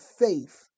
faith